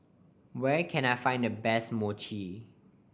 where can I find the best Mochi